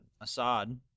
Assad